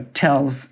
tells